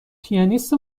پیانیست